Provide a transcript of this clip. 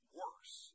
worse